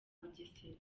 bugesera